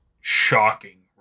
shocking